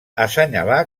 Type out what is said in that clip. assenyalà